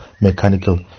mechanical